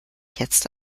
jetzt